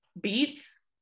beets